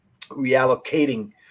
reallocating